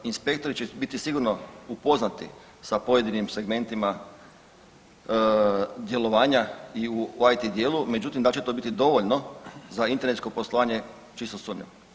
Inspektori će biti sigurno upoznati sa pojedinim segmentima djelovanja i u IT dijelu, međutim da li će to biti dovoljno za internetsko poslovanje čisto sumnjam.